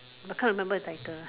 but can't remember the title